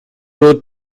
road